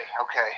okay